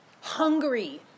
Hungry